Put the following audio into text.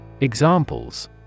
Examples